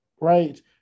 right